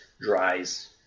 dries